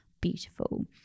beautiful